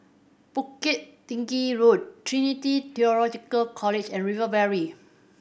Bukit Tinggi Road Trinity Theological College and River Valley